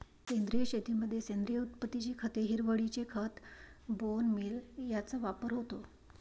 सेंद्रिय शेतीमध्ये सेंद्रिय उत्पत्तीची खते, हिरवळीचे खत, बोन मील यांचा वापर होतो